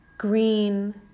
green